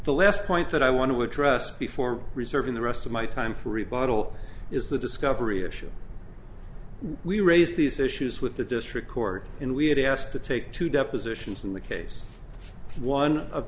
the last point that i want to address before reserving the rest of my time for rebuttal is the discovery issue we raised these issues with the district court in we had asked to take two depositions in the case one of